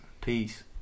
Peace